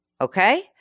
okay